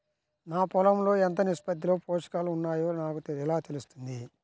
నా పొలం లో ఎంత నిష్పత్తిలో పోషకాలు వున్నాయో నాకు ఎలా తెలుస్తుంది?